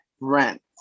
rent